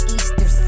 Easter